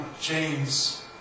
James